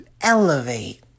elevate